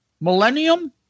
Millennium